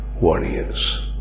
warriors